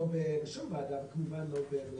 לא בשום ועדה ובמליאת הכנסת.